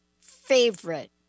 favorite